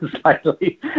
slightly